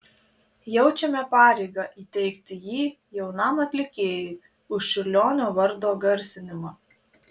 jaučiame pareigą įteikti jį jaunam atlikėjui už čiurlionio vardo garsinimą